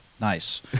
Nice